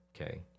Okay